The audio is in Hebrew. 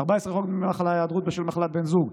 14. חוק דמי מחלה (היעדרות בשל מחלת בן זוג),